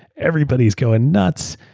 everybody's going nuts.